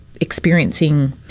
experiencing